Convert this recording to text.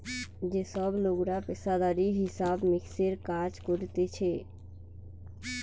যে সব লোকরা পেশাদারি হিসাব মিক্সের কাজ করতিছে